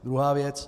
Druhá věc.